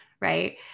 Right